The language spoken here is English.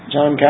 John